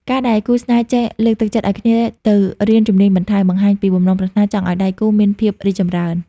ការដែលគូស្នេហ៍ចេះ "លើកទឹកចិត្តឱ្យគ្នាទៅរៀនជំនាញបន្ថែម" បង្ហាញពីបំណងប្រាថ្នាចង់ឱ្យដៃគូមានភាពរីកចម្រើន។